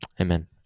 Amen